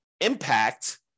impact